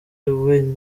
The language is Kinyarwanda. yavuze